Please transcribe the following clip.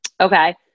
Okay